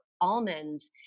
almonds